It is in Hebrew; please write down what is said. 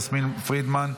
יסמין פרידמן,